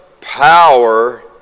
power